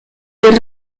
bien